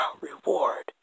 reward